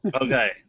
okay